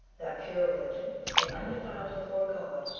that pure religion and undefiled before god,